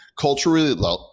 culturally